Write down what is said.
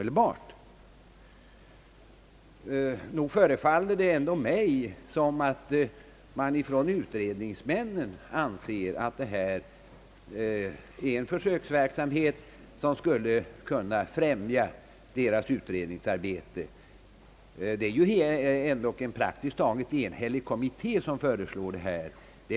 Det förefaller mig vidare som om utredningsmännen anser att denna försöksverksamhet skulle kunna främja deras utredningsarbete. En praktiskt taget enhällig kommitté står också bakom förslaget.